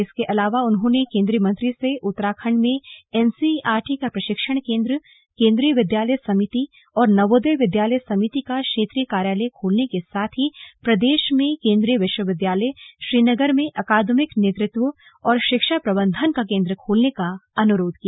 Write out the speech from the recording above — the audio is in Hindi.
इसके अलावा उन्होंने केन्द्रीय मंत्री से उत्तराखण्ड में एनसीईआरटी का प्रशिक्षण केन्द्र केन्द्रीय विद्यालय समिति और नवोदय विद्यालय समिति का क्षेत्रीय कार्यालय खोलने के साथ ही प्रदेश में केन्द्रीय विश्वविद्यालय श्रीनगर में अकादमिक नेतृत्व और शिक्षा प्रबन्धन का केन्द्र खोलने का अनुरोध किया